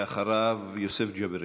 ואחריו, יוסף ג'בארין.